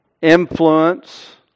influence